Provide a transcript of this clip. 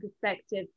perspective